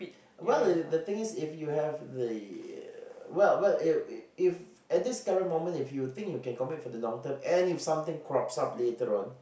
well the thing is if you have the well well if if at this current moment if you think you can commit for the long term and if something crops up later on